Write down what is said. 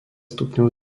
stupňov